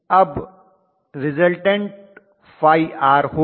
अब resultant ϕr होगा